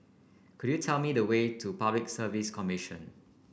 could you tell me the way to Public Service Commission